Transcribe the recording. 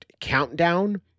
countdown